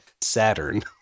Saturn